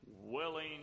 willing